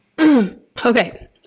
Okay